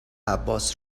عباس